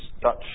Dutch